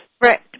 Right